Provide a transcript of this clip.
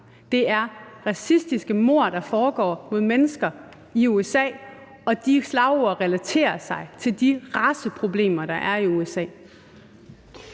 Det er racistiske mord, der begås mod mennesker i USA, og de slagord relaterer sig til de raceproblemer, der er i USA.